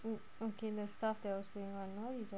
oh okay the stuff that was going on what you talk